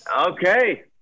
okay